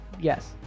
Yes